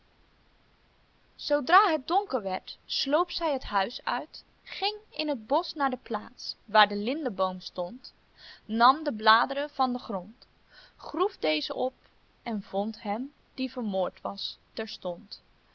zoodra het donker werd sloop zij het huis uit ging in het bosch naar de plaats waar de lindeboom stond nam de bladeren van den grond groef dezen op en vond hem die vermoord was terstond